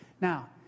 Now